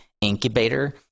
incubator